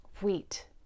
wheat